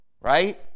right